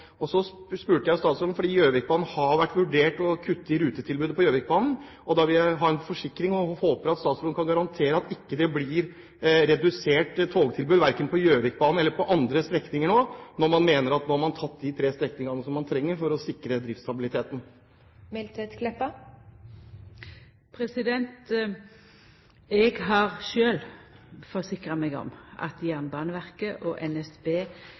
Så spurte jeg statsråden om Gjøvikbanen, fordi man har vurdert å kutte i rutetilbudet her. Jeg vil ha en forsikring om og håper at statsråden kan garantere at togtilbudet nå ikke blir redusert, verken på Gjøvikbanen eller på andre strekninger, når man nå mener at man har tatt de tre strekningene man trenger for å sikre driftsstabiliteten. Eg har sjølv forsikra meg om at Jernbaneverket og NSB